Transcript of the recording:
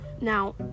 Now